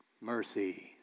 mercy